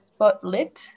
spotlit